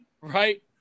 Right